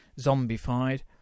zombified